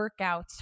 workouts